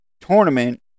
tournament